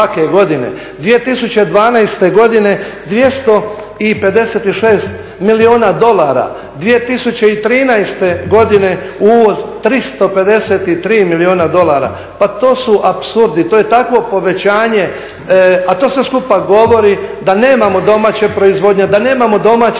2012. godine 256 milijuna dolara, 2013. godine uvoz 353 milijuna dolara. Pa to su apsurdi. To je takvo povećanje a to sve skupa govori da nemamo domaće proizvodnje, da nemamo domaće strategije